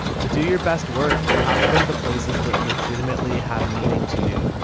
to do your best work, you have to go to the places that legitimately have meaning to you.